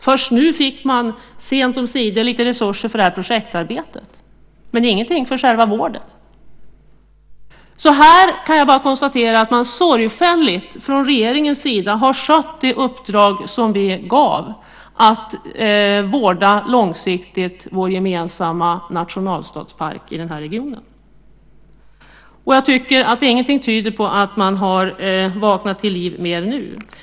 Först nu, sent omsider, fick man lite resurser till projektarbetet men ingenting till själva vården. Här kan jag alltså bara konstatera att man från regeringens sida sorgligt har skött det uppdrag vi gav: att långsiktigt vårda vår gemensamma nationalstadspark i den här regionen. Ingenting tyder, tycker jag, på att man har vaknat till liv mera nu.